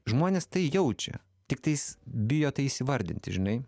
žmonės tai jaučia tiktais bijo tai įvardinti žinai